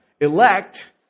Elect